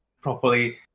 properly